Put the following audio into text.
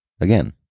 Again